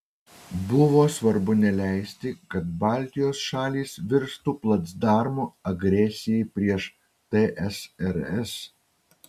buvo svarbu neleisti kad baltijos šalys virstų placdarmu agresijai prieš tsrs